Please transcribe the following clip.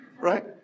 right